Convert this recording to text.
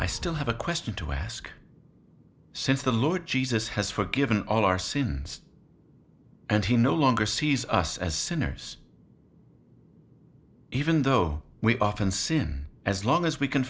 i still have a question to ask since the lord jesus has forgiven all our sins and he no longer sees us as sinners even though we often sin as long as we c